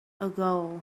ago